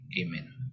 Amen